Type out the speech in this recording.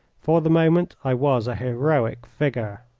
for the moment i was a heroic figure.